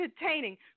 entertaining